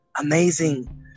amazing